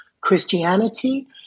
Christianity